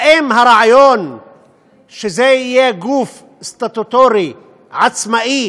האם הרעיון שזה יהיה גוף סטטוטורי עצמאי